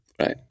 right